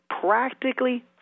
practically